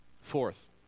Fourth